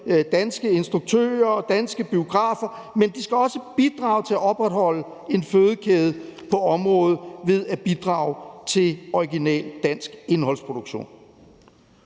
danske instruktører og danske biografer, men også bidrage til at opretholde en fødekæde på området ved at bidrage til original dansk indholdsproduktion.